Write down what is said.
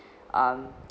um